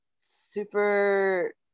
super